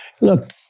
Look